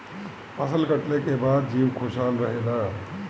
फसल कटले के बाद जीउ खुशहाल रहेला